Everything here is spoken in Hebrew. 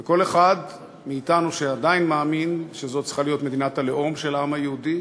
וכל אחד מאתנו שעדיין מאמין שזו צריכה להיות מדינת הלאום של העם היהודי,